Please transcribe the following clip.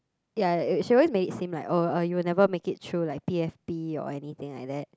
ya she always make it seem like oh you will never make it through like P S P or anything like that